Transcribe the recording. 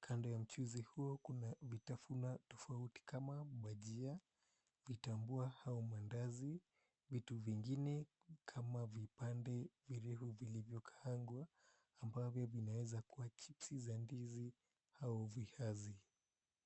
Kando ya mchuzi huo kuna vitafunwa tofauti kama bajia, vitambua au mandazi, vitu vingine kama vipande virefu vilivyokaangwa ambavyo vinaweza kuwa chips za ndizi au viazi.